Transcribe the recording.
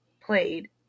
played